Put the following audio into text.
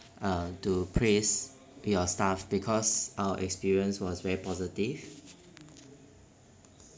uh to praise your staff because our experience was very positive